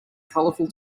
colorful